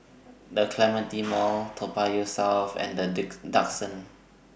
The Clementi Mall Toa Payoh South and The Duxton